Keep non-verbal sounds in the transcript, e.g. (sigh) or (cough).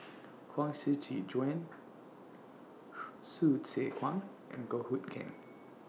Huang Shiqi Joan (noise) Hsu Tse Kwang and Goh Hood Keng